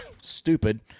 stupid